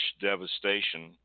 devastation